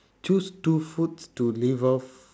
choose two foods to live off